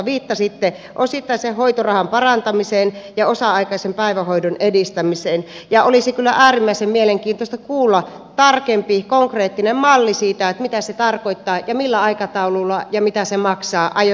viittasitte osittaisen hoitorahan parantamiseen ja osa aikaisen päivähoidon edistämiseen ja olisi kyllä äärimmäisen mielenkiintoista kuulla tarkempi konkreettinen malli siitä mitä se tarkoittaa ja millä aikataululla ja mitä se maksaa aiotaan toteuttaa